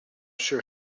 sure